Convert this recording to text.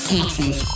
Texas